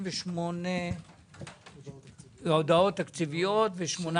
78 הודעות תקציביות ושבע